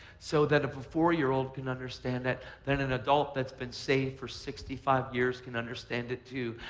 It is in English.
so that if a four year old can understand it, then an adult that's been saved for sixty five years can understand it, too,